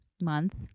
month